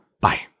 bye